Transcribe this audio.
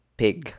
pig